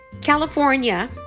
California